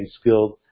skilled